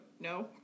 No